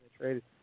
traded